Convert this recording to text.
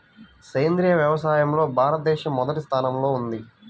సేంద్రీయ వ్యవసాయంలో భారతదేశం మొదటి స్థానంలో ఉంది